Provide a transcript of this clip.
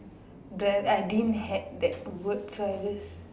the I didn't had that word so I just